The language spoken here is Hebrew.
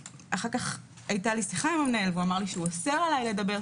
אחר כך התה לי שיחה עם המנהל והוא אמר לי שהוא אוסר עליי לדבר.